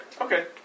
Okay